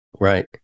Right